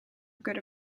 good